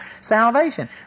salvation